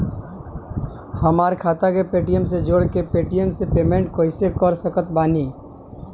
हमार खाता के पेटीएम से जोड़ के पेटीएम से पेमेंट कइसे कर सकत बानी?